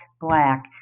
black